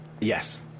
Yes